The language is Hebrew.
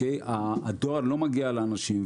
הדואר לא מגיע לאנשים,